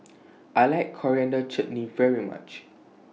I like Coriander Chutney very much